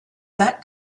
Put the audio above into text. that